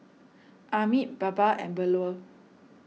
Amit Baba and Bellur